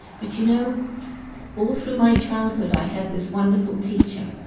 but you know all through my childhood i had this wonderful teacher,